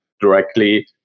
directly